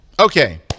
okay